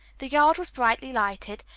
the yard was brilliantly lighted,